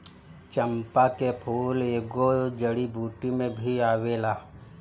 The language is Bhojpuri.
चंपा के फूल एगो जड़ी बूटी में भी आवेला